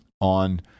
On